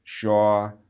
Shaw